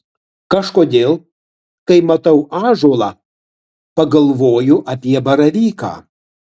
kažkodėl kai matau ąžuolą pagalvoju apie baravyką